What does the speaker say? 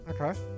Okay